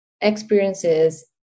experiences